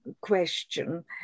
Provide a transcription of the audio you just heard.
question